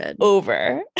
over